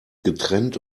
getrennt